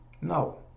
No